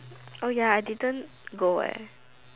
oh ya I didn't go eh